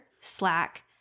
Slack